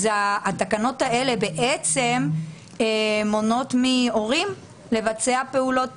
התקנות האלה בעצם מונעות מהורים לבצע פעולות